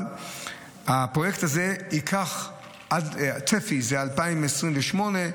הצפי של הפרויקט הזה הוא 2028,